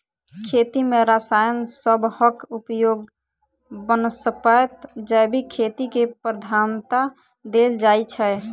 खेती मे रसायन सबहक उपयोगक बनस्पैत जैविक खेती केँ प्रधानता देल जाइ छै